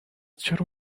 چرا